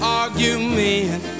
argument